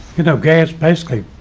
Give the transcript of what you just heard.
you know, gas basically,